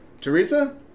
Teresa